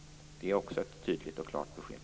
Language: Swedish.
Det är också ett tydligt och klart besked.